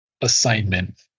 assignment